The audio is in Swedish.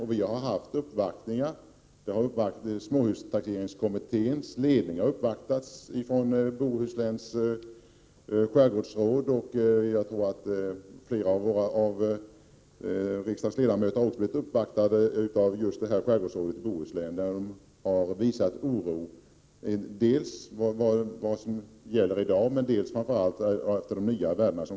Det har gjorts uppvaktningar. Småhustaxeringskommitténs ledning har uppvaktats av Bohusläns skärgårdsråd. Flera av riksdagens ledamöter har också blivit uppvaktade av just skärgårdsrådet i Bohuslän, som har visat oro dels för det som gäller i dag, dels och framför allt för de nya värdena.